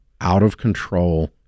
out-of-control